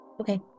Okay